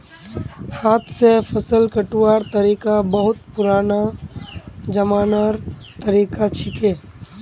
हाथ स फसल कटवार तरिका बहुत पुरना जमानार तरीका छिके